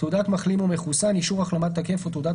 "תעודת מחלים או מחוסן" - אישור החלמה תקף או תעודת